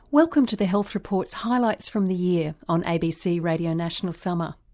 welcome to the health report's highlights from the year on abc radio national's summer.